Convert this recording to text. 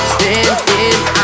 Standing